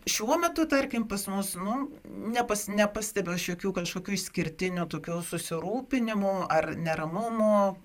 šiuo metu tarkim pas mus nu nepas nepastebiu aš jokių kažkokių išskirtinių tokių susirūpinimų ar neramumų